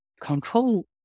control